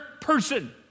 person